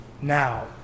Now